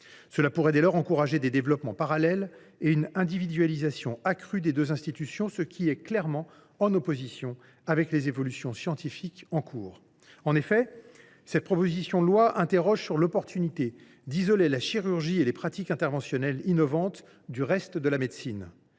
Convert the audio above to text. cela pourrait encourager des développements parallèles et une individualisation accrue des deux institutions, ce qui est clairement en opposition avec les évolutions scientifiques en cours. En effet, cette proposition de loi pose la question de l’opportunité d’isoler la chirurgie et les pratiques interventionnelles innovantes du reste de la médecine.